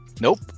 Nope